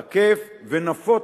תקף ונפוץ,